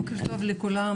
בוקר טוב לכולם,